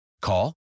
Call